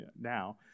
now